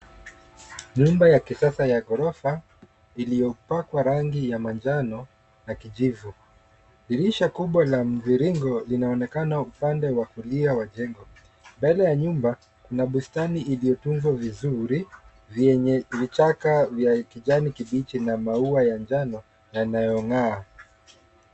Nyumba ya kisasa ya ghorofa imepakwa rangi ya manjano na kijivu. Dirisha kubwa Ia mviringo inayoonekana upande wa kulia wa jengo. Mbele ya nyumba, kuna bustani iliyotunzwa vizuri yenye vichaka vya kijani kibichi na maua ya manjano yanayong’aa.